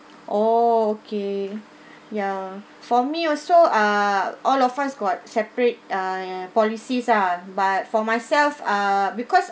oh okay ya for me also uh all of us got separate uh policies ah but for myself ah because